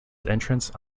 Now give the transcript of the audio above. entrance